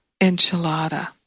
enchilada